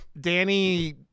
Danny